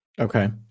Okay